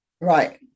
Right